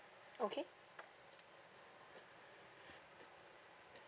okay